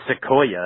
sequoia